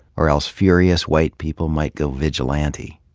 or else furious white people might go vigilante.